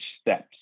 steps